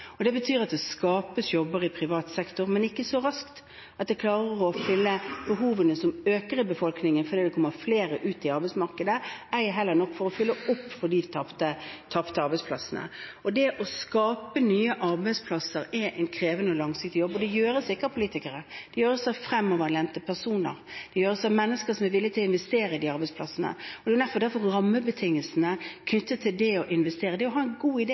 og det betyr at det skapes jobber i privat sektor, men ikke så raskt at en klarer å fylle behovene som øker i befolkningen fordi det kommer flere ut i arbeidsmarkedet, ei heller nok for å fylle opp for de tapte arbeidsplassene. Det å skape nye arbeidsplasser er en krevende og langsiktig jobb, og det gjøres ikke av politikere, det gjøres av fremoverlente personer, det gjøres av mennesker som er villig til å investere i de arbeidsplassene, og det er derfor rammebetingelser knyttet til det å investere. Det å ha en god